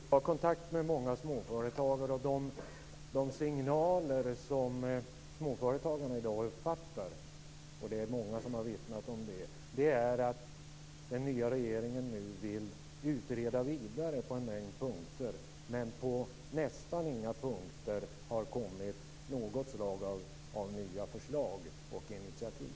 Fru talman! Jag har kontakt med många småföretagare, och de signaler som småföretagarna i dag uppfattar - det är många som har vittnat om det - är att den nya regeringen på en mängd punkter vill utreda vidare men på nästan inga punkter har kommit med några nya förslag och initiativ.